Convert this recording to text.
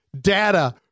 data